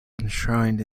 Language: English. enshrined